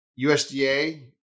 USDA